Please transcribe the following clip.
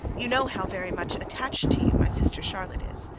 you know how very much attached to you my sister charlotte is